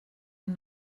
ein